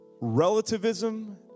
relativism